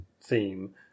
theme